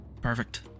Perfect